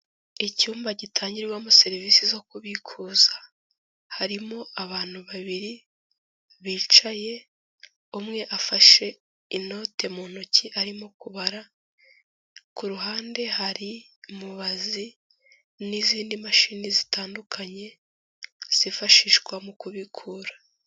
Icyumba gitangirwamo serivisi zo kubikuza harimo abantu babiri bicaye, umwe afashe inote mu ntoki arimo kubara, ku ruhande hari mubazi n'izindi mashini zitandukanye zifashishwa mu kubikura.